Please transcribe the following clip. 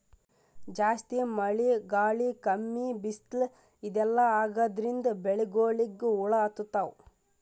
ಜಾಸ್ತಿ ಮಳಿ ಗಾಳಿ ಕಮ್ಮಿ ಬಿಸ್ಲ್ ಇದೆಲ್ಲಾ ಆಗಾದ್ರಿಂದ್ ಬೆಳಿಗೊಳಿಗ್ ಹುಳಾ ಹತ್ತತಾವ್